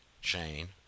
Shane